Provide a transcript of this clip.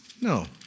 No